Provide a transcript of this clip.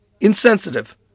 insensitive